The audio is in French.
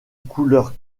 couleur